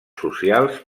socials